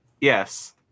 Yes